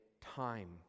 time